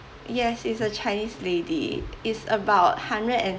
yes it's a chinese lady it's about hundred and